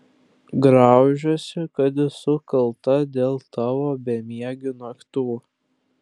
graužiuosi kad esu kalta dėl tavo bemiegių naktų